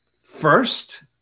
first